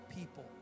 people